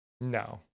no